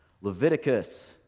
Leviticus